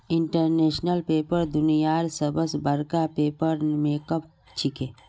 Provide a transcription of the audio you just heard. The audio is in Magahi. इंटरनेशनल पेपर दुनियार सबस बडका पेपर मेकर छिके